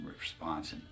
response